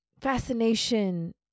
fascination